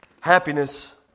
Happiness